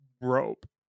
rope